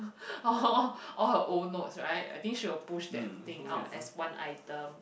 oh her own note's right I think she will push that thing out as one item